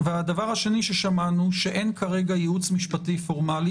הדבר השני ששמענו הוא שאין כרגע ייעוץ משפטי פורמלי,